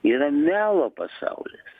yra melo pasaulis